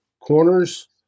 corners